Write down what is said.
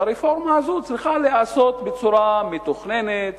והרפורמה הזאת צריכה להיעשות בצורה מתוכננת,